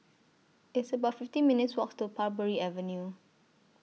It's about fifty minutes' Walk to Parbury Avenue